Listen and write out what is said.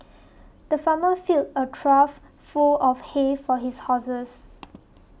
the farmer filled a trough full of hay for his horses